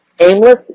aimless